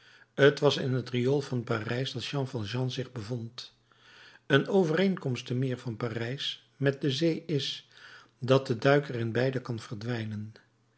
t was in het riool van parijs dat jean valjean zich bevond een overeenkomst te meer van parijs met de zee is dat de duiker in beide kan verdwijnen